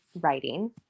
writing